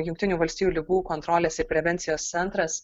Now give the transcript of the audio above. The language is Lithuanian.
jungtinių valstijų ligų kontrolės ir prevencijos centras